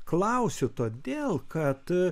klausiu todėl kad